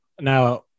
Now